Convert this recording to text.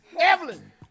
Evelyn